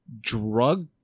drug